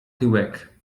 tyłek